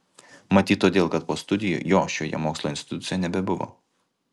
matyt todėl kad po studijų jo šioje mokslo institucijoje nebebuvo